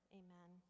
amen